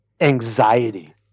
anxiety